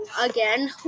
Again